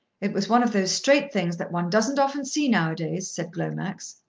it was one of those straight things that one doesn't often see now-a-days, said glomax.